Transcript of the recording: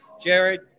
Jared